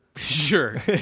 sure